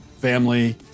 family